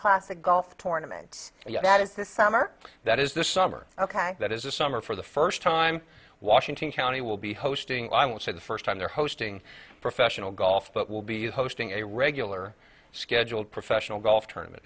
the golf tournament yeah that is this summer that is this summer ok that is the summer for the first time washington county will be hosting i will say the first time they're hosting professional golf but will be hosting a regular scheduled professional golf tournament